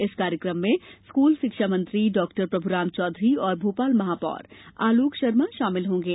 इस कार्यक्रम में स्कूल शिक्षा मंत्री डॉक्टर प्रभुराम चौधरी और भोपाल महापौर आलोक शर्मा शामिल होंगे